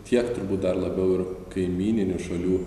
tiek turbūt dar labiau ir kaimyninių šalių